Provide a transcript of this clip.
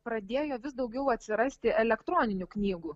pradėjo vis daugiau atsirasti elektroninių knygų